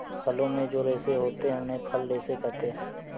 फलों में जो रेशे होते हैं उन्हें फल रेशे कहते है